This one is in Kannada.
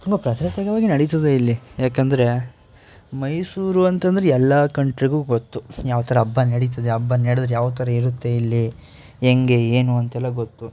ತುಂಬ ನಡೀತದೆ ಇಲ್ಲಿ ಯಾಕಂದರೆ ಮೈಸೂರು ಅಂತಂದರೆ ಎಲ್ಲ ಕಂಟ್ರಿಗೂ ಗೊತ್ತು ಯಾವ ಥರ ಹಬ್ಬ ನಡೀತದೆ ಹಬ್ಬ ನಡೆದ್ರೆ ಯಾವ ಥರ ಇರುತ್ತೆ ಇಲ್ಲಿ ಹೆಂಗೆ ಏನು ಅಂತೆಲ್ಲ ಗೊತ್ತು